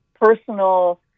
personal